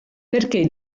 perché